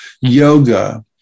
Yoga